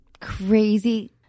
crazy